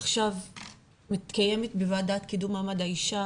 עכשיו מתקיימת בוועדת קידום מעמד האישה